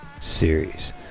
series